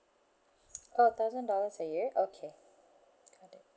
oh a thousand dollars a year okay got it